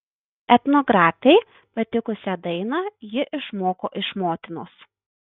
etnografei patikusią dainą ji išmoko iš motinos